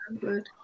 good